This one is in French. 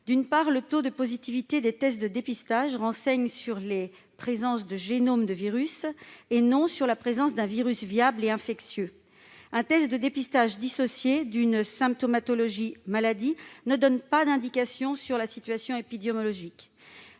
D'une part, le taux de positivité des tests de dépistage renseigne sur la présence d'un génome de virus et non d'un virus viable et infectieux. Un test de dépistage dissocié d'une symptomatologie de maladie ne donne pas d'indication sur la situation épidémiologique.